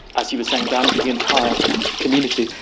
as you were saying dan, for the entire community,